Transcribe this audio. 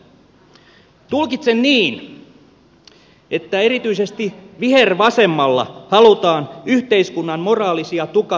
tulkitsen niin että erityisesti vihervasemmalla halutaan yhteiskunnan moraalisia tukipilareita kaataa